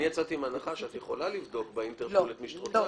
אני יצאתי מהנחה שאת יכולה לבדוק באינטרפול את מי שאת רוצה.